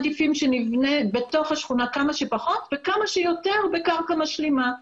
מעדיפים שנבנה בתוך השכונה כמה שפחות וכמה שיותר בקרקע משלימה.